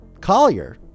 Collier